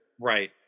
Right